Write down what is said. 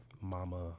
Mama